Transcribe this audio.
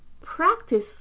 Practice